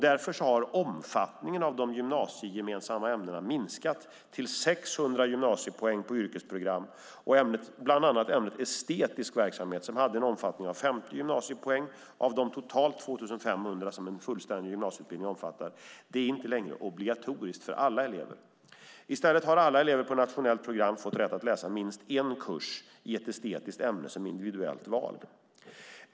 Därför har omfattningen av de gymnasiegemensamma ämnena minskat till 600 gymnasiepoäng på yrkesprogram, och bland annat ämnet estetisk verksamhet, som hade en omfattning av 50 gymnasiepoäng av de totalt 2 500 som en fullständig gymnasieutbildning omfattar, är inte längre obligatoriskt för alla elever. I stället har alla elever på nationella program fått rätt att läsa minst en kurs i ett estetiskt ämne som individuellt val.